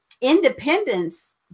independence